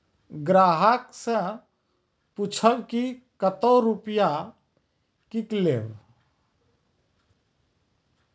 ग्राहक से पूछब की कतो रुपिया किकलेब?